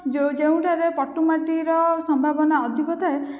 ଯେଉଁ ଯେଉଁଠାରେ ପଟୁମାଟିର ସମ୍ଭାବନା ଅଧିକ ଥାଏ